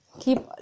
Keep